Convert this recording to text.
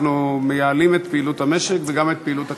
אנחנו מייעלים את פעילות המשק וגם את פעילות הכנסת.